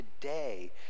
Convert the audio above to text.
today